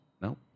No